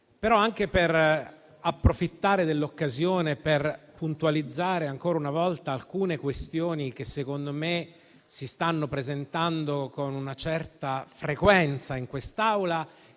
ma anche approfittare dell'occasione per puntualizzare, ancora una volta, alcune questioni che secondo me si stanno presentando con una certa frequenza in quest'Aula.